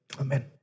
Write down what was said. amen